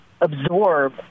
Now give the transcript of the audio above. absorb